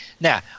now